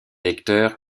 lecteurs